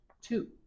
two